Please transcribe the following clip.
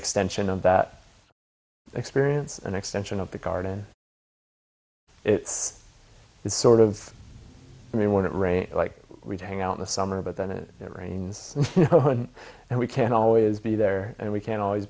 extension of that experience an extension of the card and it's sort of i mean when it rains like rita hang out in the summer but then it rains and we can always be there and we can always